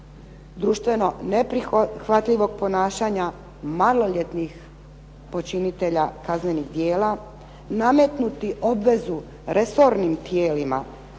društveno neprihvatljivog ponašanja maloljetnih počinitelja kaznenog djela, nametnuti obvezu resornim tijelima